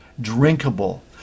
drinkable